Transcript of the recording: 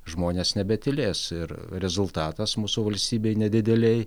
žmonės nebetylės ir rezultatas mūsų valstybėj nedidelėj